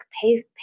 pay